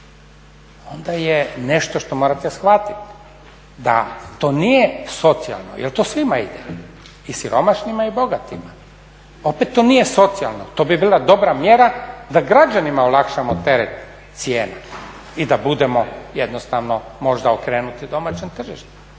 onda je nešto što morate shvatiti da to nije socijalno jer to svima ide, i siromašnima i bogatima. Opet to nije socijalno, to bi bila dobra mjera da građanima olakšamo teret cijena i da budemo jednostavno možda okrenuti domaćem tržištu,